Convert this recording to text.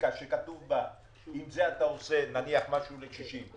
רובריקה שכתוב בה עם הכסף הזה אתה עושה משהו לקשישים,